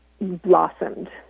blossomed